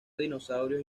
dinosaurios